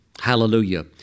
Hallelujah